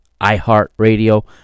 iHeartRadio